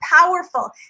powerful